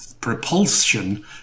Propulsion